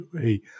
hey